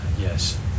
Yes